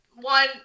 one